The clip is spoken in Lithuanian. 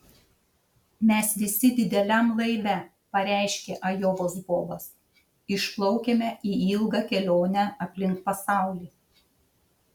mes visi dideliam laive pareiškė ajovos bobas išplaukiame į ilgą kelionę aplink pasaulį